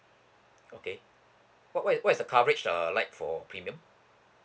okay what what what is the coverage uh like for premium